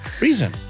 reason